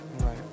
Right